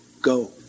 go